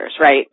right